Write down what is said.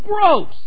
gross